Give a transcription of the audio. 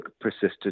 persisted